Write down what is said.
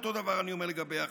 אותו הדבר אני אומר לגבי החוק.